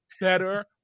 better